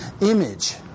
image